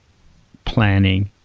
planning,